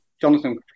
Jonathan